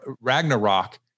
Ragnarok